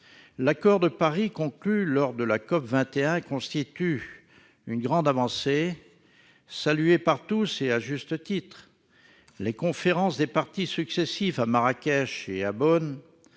L'accord de Paris, conclu lors de la COP21, constitue une grande avancée, saluée par tous et à juste titre. Les conférences des parties successives, à Marrakech et à Bonn,